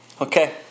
Okay